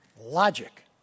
Logic